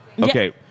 Okay